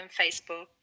Facebook